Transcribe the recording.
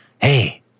Hey